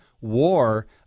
war